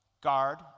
guard